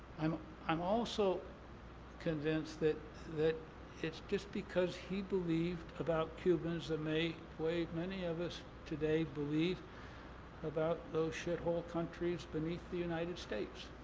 i'm i'm also convinced that that it's just because he believed about cubans the way many of us today believe about those shithole countries beneath the united states.